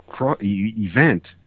event